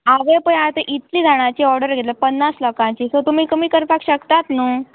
हांवें पय आतां इतली जाणांची ऑर्डर घेतले पन्नास लोकांची सो तुमी कमी करपाक शकतात न्हू